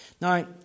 Now